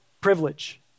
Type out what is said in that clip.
privilege